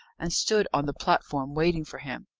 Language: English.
and stood on the platform waiting for him.